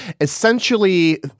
essentially